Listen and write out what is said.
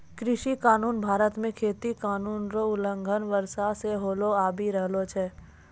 कृषि कानून भारत मे खेती कानून रो उलंघन वर्षो से होलो आबि रहलो छै